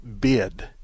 bid